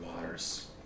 waters